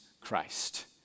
Christ